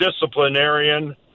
disciplinarian